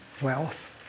wealth